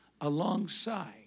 alongside